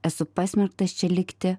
esu pasmerktas čia likti